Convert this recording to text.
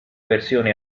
versione